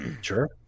Sure